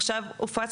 עכשיו הוא הופץ,